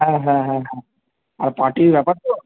হ্যাঁ হ্যাঁ হ্যাঁ হ্যাঁ আর পার্টির ব্যাপার তো